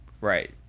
right